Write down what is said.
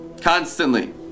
constantly